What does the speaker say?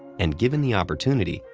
and given the opportunity,